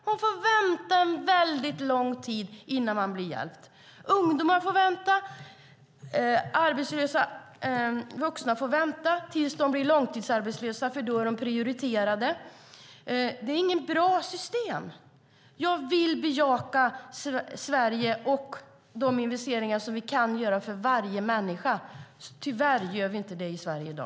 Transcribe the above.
De får vänta väldigt lång tid innan de blir hjälpta. Ungdomar får vänta. Arbetslösa vuxna får vänta tills de blir långtidsarbetslösa, för då är de prioriterade. Det är inget bra system. Jag vill bejaka Sverige och de investeringar vi kan göra för varje människa. Tyvärr kan vi inte det i Sverige i dag.